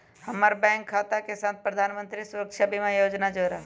हम्मर बैंक खाता के साथ प्रधानमंत्री सुरक्षा बीमा योजना जोड़ा